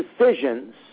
decisions